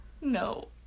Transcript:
No